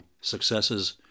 successes